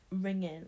ringing